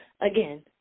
again